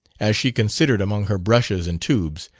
as she considered among her brushes and tubes,